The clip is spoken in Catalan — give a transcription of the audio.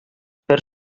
per